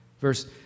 Verse